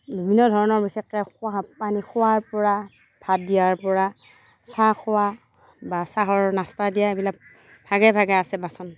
বিভিন্ন ধৰণৰ বিশেষকে খোৱা পানী খোৱাৰ পৰা ভাত দিয়াৰ পৰা চাহ খোৱা বা চাহৰ নাস্তা দিয়া এইবিলাক ভাগে ভাগে আছে বাচন